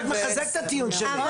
זה רק מחזק את הטיעון שלי.